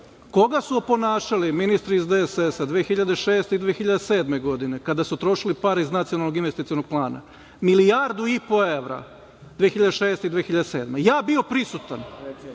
koga su oponašali ministri iz DSS 2006. i 2007. godine kada su trošili pare iz Nacionalnog investicionog plana? Milijardu i po evra 2006. i 2007. godine. Ja bio prisutan,